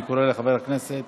אני קורא לחבר הכנסת